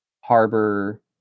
harbor